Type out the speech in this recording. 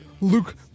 Luke